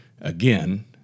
Again